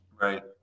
Right